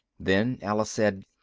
then alice said,